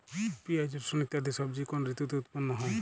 পিঁয়াজ রসুন ইত্যাদি সবজি কোন ঋতুতে উৎপন্ন হয়?